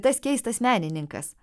tas keistas menininkas